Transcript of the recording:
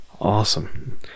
Awesome